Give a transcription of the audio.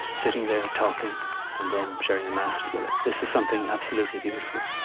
sitting there talking and then sharing the mass together. this is something absolutely beautiful,